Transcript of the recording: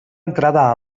entrada